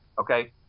okay